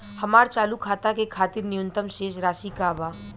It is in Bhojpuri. हमार चालू खाता के खातिर न्यूनतम शेष राशि का बा?